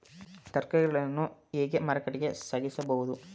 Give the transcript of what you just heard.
ತರಕಾರಿಗಳನ್ನು ಹೇಗೆ ಮಾರುಕಟ್ಟೆಗೆ ಸಾಗಿಸಬಹುದು?